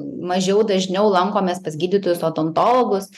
mažiau dažniau lankomės pas gydytojus odontologus